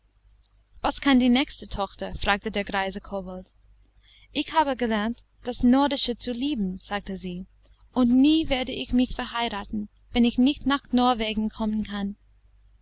was kann die nächste tochter fragte der greise kobold ich habe gelernt das nordische zu lieben sagte sie und nie werde ich mich verheiraten wenn ich nicht nach norwegen kommen kann